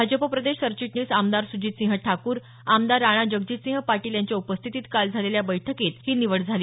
भाजप प्रदेश सरचिटणीस आमदार सुजितसिंह ठाकूर आमदार राणाजगजितसिंह पाटील यांच्या उपस्थितीत काल झालेल्या बैठकीत ही निवड झाली